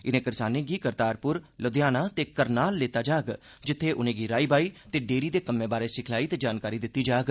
इनें करसानें गी करतारप्र ल्धियाना ते करनाल लेता जाग जित्थे उनेंगी राई बाई ते डेरी दे कम्मै बारै सिखलाई ते जानकारी दिती जाग